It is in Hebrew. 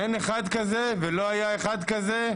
אין אחד כזה ולא היה אחד כזה,